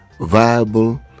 viable